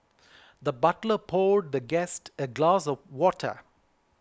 the butler poured the guest a glass of water